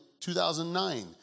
2009